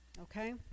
Okay